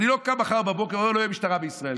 אני לא קם מחר בבוקר ואומר: אין משטרה בישראל,